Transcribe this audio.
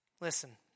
Listen